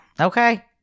okay